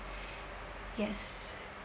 yes